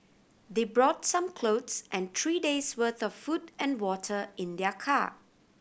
they brought some clothes and three day's worth of food and water in their car